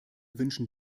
wünschen